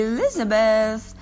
Elizabeth